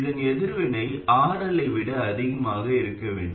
இதன் எதிர்வினை RL ஐ விட அதிகமாக இருக்க வேண்டும்